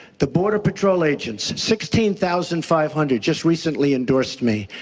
the border patrol agents, sixteen thousand five hundred just recently endorsed me.